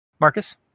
Marcus